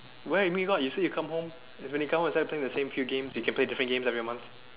where you you say you come home and when you come home you play the same few games when you can play different games every month